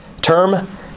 term